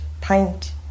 pint